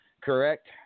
Correct